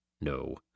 No